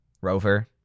Rover